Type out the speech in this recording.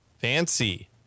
fancy